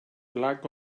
black